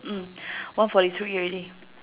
mm one forty three already